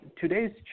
today's